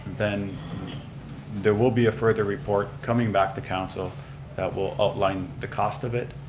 then there will be a further report coming back to council that will outline the cost of it,